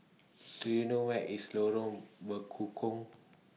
Do YOU know Where IS Lorong Bekukong